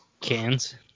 Cans